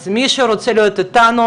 אז מי שרוצה להיות איתנו,